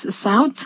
south